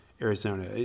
Arizona